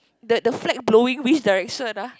the the flag blowing which direction ah